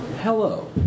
Hello